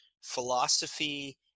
philosophy